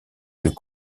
plus